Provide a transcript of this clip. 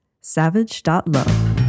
savage.love